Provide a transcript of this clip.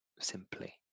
simply